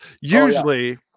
Usually